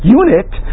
unit